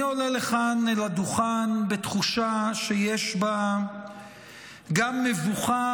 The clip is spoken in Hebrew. אני עולה לכאן לדוכן בתחושה שיש בה גם מבוכה